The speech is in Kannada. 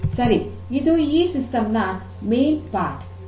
ಸರಿ ಇದು ಈ ಸಿಸ್ಟಮ್ ನ ಮುಖ್ಯ ಭಾಗ